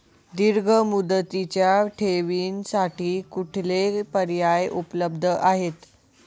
दीर्घ मुदतीच्या ठेवींसाठी कुठले पर्याय उपलब्ध आहेत?